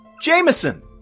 Jameson